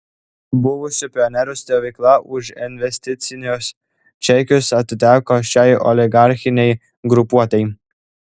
buvusių pionierių stovykla už investicinius čekius atiteko šiai oligarchinei grupuotei